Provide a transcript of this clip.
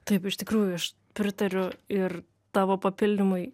taip iš tikrųjų aš pritariu ir tavo papildymui